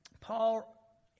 Paul